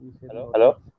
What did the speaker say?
Hello